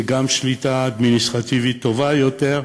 וגם שליטה אדמיניסטרטיבית טובה יותר,